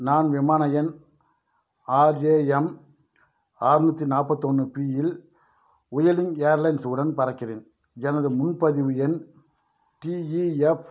நான் விமான எண் ஆர் ஏ எம் ஆறுநூத்தி நாற்பது ஒன்று பி இல் வுயலிங் ஏர்லைன்ஸ் உடன் பறக்கிறேன் எனது முன்பதிவு எண் டி இ எஃப்